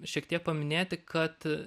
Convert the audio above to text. šiek tiek paminėti kad